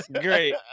Great